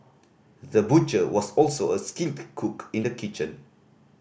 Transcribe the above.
the butcher was also a skilled cook in the kitchen